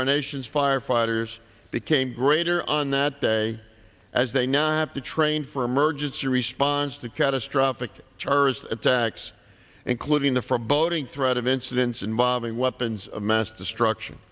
our nation's firefighters became greater on that day as they now have to train for emergency response to catastrophic terrorist attacks including the forboding threat of incidents involving weapons of mass destruction